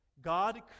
God